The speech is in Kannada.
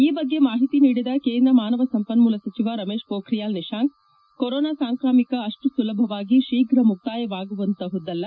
ಈ ಬಗ್ಗೆ ಮಾಹಿತಿ ನೀಡಿದ ಕೇಂದ್ರ ಮಾನವ ಸಂಪನ್ನೂಲ ಸಚಿವ ರಮೇಶ್ ಪೋಕ್ರಿಯಾಲ್ ನಿಶಾಂಕ್ ಅವರು ಕೊರೊನಾ ಸಾಂಕ್ರಾಮಿಕ ಅಷ್ಟು ಸುಲಭವಾಗಿ ಶೀಘ ಮುಕ್ತಾಯವಾಗುತಂಹುದಲ್ಲ